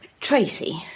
Tracy